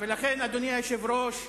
ולכן, אדוני היושב-ראש,